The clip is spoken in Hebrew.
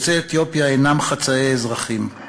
יוצאי אתיופיה אינם חצאי אזרחים.